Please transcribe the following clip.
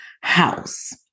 house